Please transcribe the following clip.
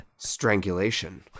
strangulation